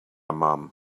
mom